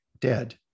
dead